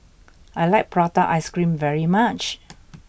I like Prata Ice Cream very much